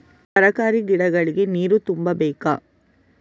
ತರಕಾರಿ ಗಿಡಗಳಿಗೆ ನೀರು ತುಂಬಬೇಕಾ?